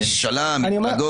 מעולה.